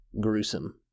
gruesome